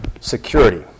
security